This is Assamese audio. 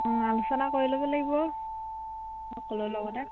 অঁ আলোচনা কৰি ল'ব লাগিব সকলোৰে লগতে